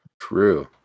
True